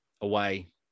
away